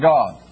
God